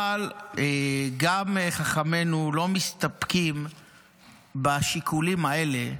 אבל גם חכמינו לא מסתפקים בשיקולים האלה,